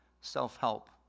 self-help